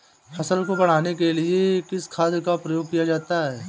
फसल को बढ़ाने के लिए किस खाद का प्रयोग किया जाता है?